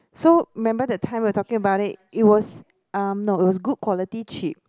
so remember that time we was talking about it it was uh no it was good quality cheap